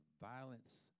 violence